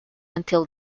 until